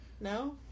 No